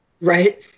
Right